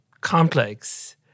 complex